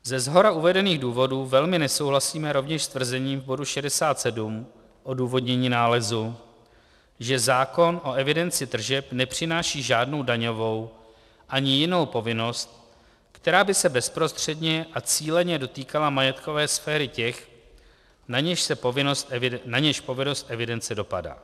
Ze shora uvedených důvodů velmi nesouhlasíme rovněž s tvrzením v bodu 67, odůvodnění nálezu, že zákon o evidenci tržeb nepřináší žádnou daňovou ani jinou povinnost, která by se bezprostředně a cíleně dotýkala majetkové sféry těch, na něž povinnost evidence dopadá.